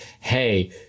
hey